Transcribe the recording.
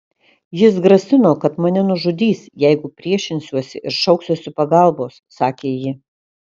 jis grasino kad mane nužudys jeigu priešinsiuosi ir šauksiuosi pagalbos sakė ji